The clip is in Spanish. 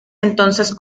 entonces